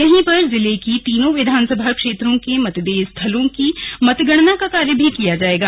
यही पर जिले की तीनों विधानसभा क्षेत्रों के मतदेय स्थलों की मतगणना का कार्य भी किया जाएगा